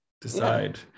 decide